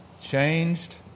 changed